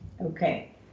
Okay